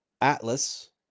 Atlas